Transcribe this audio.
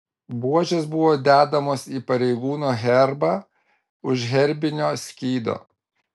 buožės buvo dedamos į pareigūno herbą už herbinio skydo